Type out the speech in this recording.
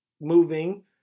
moving